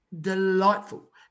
delightful